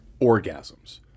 orgasms